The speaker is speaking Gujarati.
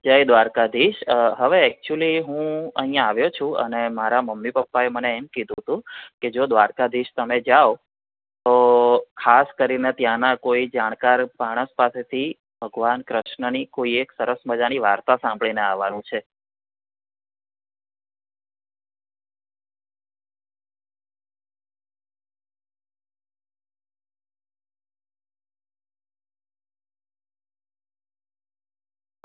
જય દ્વારકાધીશ હવે એચ્યુલી હું અહીંયા આવ્યો છું અને મારા મમ્મી પપ્પાએ મને એમ કીધું હતું કે જો દ્વારકાધીશ તમે જાઓ તો ખાસ કરીને ત્યાંના કોઈ જાણકાર માણસ પાસેથી ભગવાન કૃષ્ણની કોઈ એક સરસ મજાની વાર્તા સાંભળીને આવવાનું છે